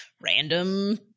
random